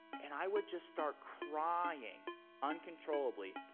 and i would just start crying uncontrollably.